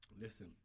listen